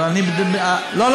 לא,